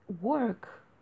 work